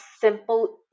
simple